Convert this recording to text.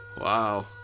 Wow